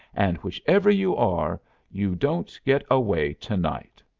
and whichever you are you don't get away to-night!